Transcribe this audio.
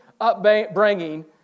upbringing